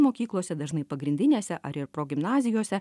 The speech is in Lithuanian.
mokyklose dažnai pagrindinėse ar ir progimnazijose